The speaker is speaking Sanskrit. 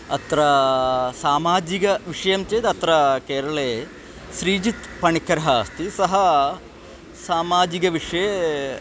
अत्र सामाजिकः विषयः चेत् अत्र केरळे श्रीजितपणिक्करः अस्ति सः सामाजिकविषये